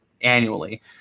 annually